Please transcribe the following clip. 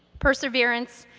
perseverance,